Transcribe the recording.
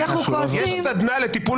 יש סדנה לטיפול